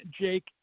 Jake